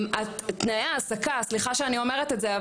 תנאי ההעסקה סליחה שאני אומרת את זה,